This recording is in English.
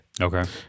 Okay